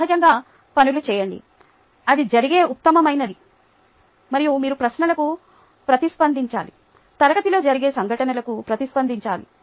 సహజంగా పనులు చేయండి అది జరిగే ఉత్తమమైనది మరియు మీరు ప్రశ్నలకు ప్రతిస్పందించాలి తరగతిలో జరిగే సంఘటనలకు ప్రతిస్పందించాలి